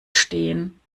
stehen